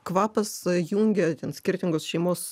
kvapas jungia ten skirtingus šeimos